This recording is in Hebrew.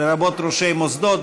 לרבות ראשי מוסדות,